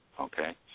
okay